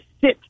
sit